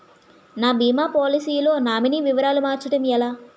నా భీమా పోలసీ లో నామినీ వివరాలు మార్చటం ఎలా?